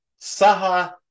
Saha